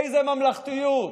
איזו ממלכתיות?